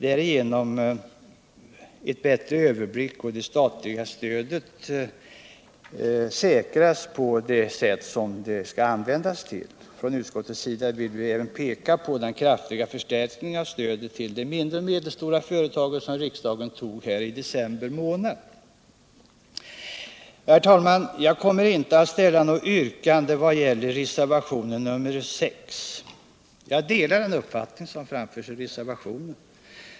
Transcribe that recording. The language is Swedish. Härigenom säkras att det statliga stödet används på ett effektivt sätt. Från utskottets sida vill vi även peka på den kraftiga förstärkningen av stödet till de mindre och medelstora företagens utveckling som riksdagen beslöt i december månad. Herr talman! Jag kommer inte att ställa något yrkande beträffande reservationen 6. Jag delar den uppfattning som framförs i reservationen.